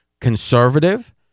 conservative